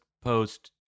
post